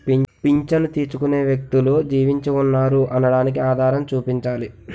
పింఛను తీసుకునే వ్యక్తులు జీవించి ఉన్నారు అనడానికి ఆధారం చూపించాలి